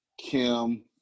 Kim